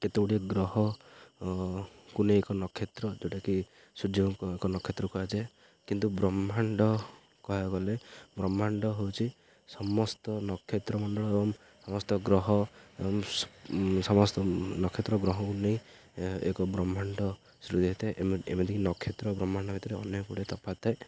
କେତେ ଗୁଡ଼ିଏ ଗ୍ରହକୁ ନେଇ ଏକ ନକ୍ଷତ୍ର ଯେଉଁଟାକି ସୂର୍ଯ୍ୟଙ୍କୁ ଏକ ନକ୍ଷତ୍ର କୁହାଯାଏ କିନ୍ତୁ ବ୍ରହ୍ମାଣ୍ଡ କହିବାକୁ ଗଲେ ବ୍ରହ୍ମାଣ୍ଡ ହେଉଛି ସମସ୍ତ ନକ୍ଷତ୍ରମଣ୍ଡଳ ସମସ୍ତ ଗ୍ରହ ସମସ୍ତ ନକ୍ଷତ୍ର ଗ୍ରହକୁ ନେଇ ଏକ ବ୍ରହ୍ମାଣ୍ଡ ଏମିତିି ଏମିତିି ନକ୍ଷେତ୍ର ବ୍ରହ୍ମାଣ୍ଡ ଭିତରେ ଅନେକ ଗୁଡ଼ିଏ ତଫାତ ଥାଏ